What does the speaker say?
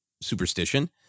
superstition